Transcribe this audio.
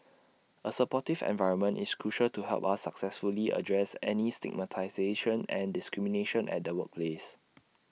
A supportive environment is crucial to help us successfully address any stigmatisation and discrimination at the workplace